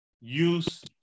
use